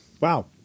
Wow